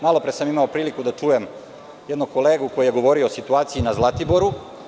Malopre sam imao priliku da čujem jednog kolegu koji je govorio o situaciji na Zlatiboru.